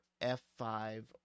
F-5